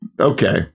okay